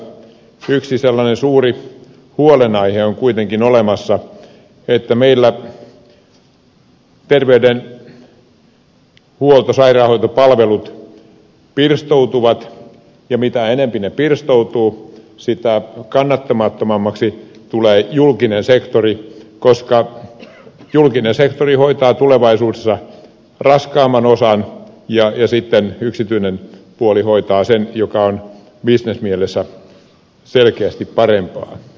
yksi sellainen suuri huolenaihe on kuitenkin olemassa että meillä terveydenhuolto sairaanhoitopalvelut pirstoutuu ja mitä enemmän se pirstoutuu sitä kannattamattomammaksi tulee julkinen sektori koska julkinen sektori hoitaa tulevaisuudessa raskaamman osan ja sitten yksityinen puoli hoitaa sen joka on bisnesmielessä selkeästi parempaa